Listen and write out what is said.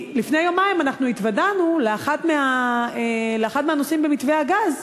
לפני יומיים אנחנו התוודענו לאחד הנושאים במתווה הגז: